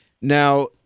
Now